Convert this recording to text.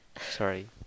sorry